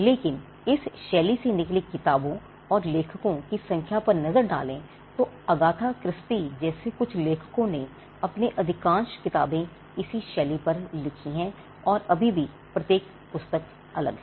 लेकिन इस शैली से निकली किताबों और लेखकों की संख्या पर नजर डालें तो अगाथा क्रिस्टी जैसे कुछ लेखकों ने अपनी अधिकांश किताबें इसी शैली पर लिखी हैं और अभी भी प्रत्येक पुस्तक अलग है